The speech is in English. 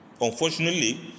Unfortunately